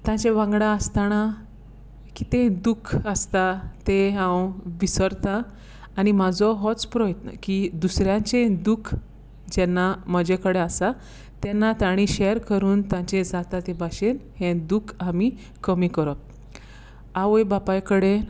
ताचे वांगडा आसतना कितेंय दुख आसता तें हांव विसोरतां आनी म्हाजो होच प्रोय्त की दुसऱ्याचें दूख जेन्ना म्होजे कडेन आसा तेन्ना तांणी शेर करून तांचे जाता ते भाशेन हें दूख आमी कमी कोरोप आवय बापाय कडेन